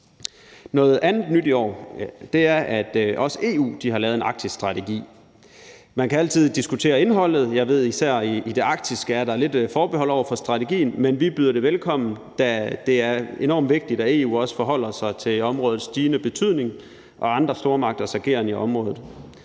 Noget andet nyt i år er, at også EU har lavet en Arktisstrategi. Man kan altid diskutere indholdet. Jeg ved, at der især i det Arktiske er lidt forbehold over for strategien, men vi byder det velkommen, da det er enormt vigtigt, at EU også forholder sig til områdets stigende betydning og andre stormagters ageren i området.